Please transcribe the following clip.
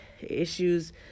issues